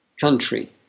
country